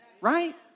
Right